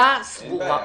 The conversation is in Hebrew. אין בעיה,